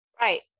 right